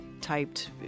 typed